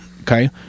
Okay